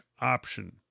option